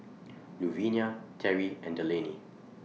Louvenia Terry and Delaney